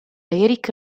eric